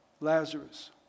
Lazarus